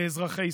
לאזרחי ישראל.